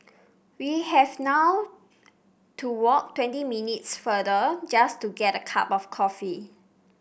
we have now to walk twenty minutes farther just to get a cup of coffee